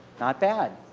not bad.